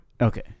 Okay